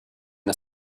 the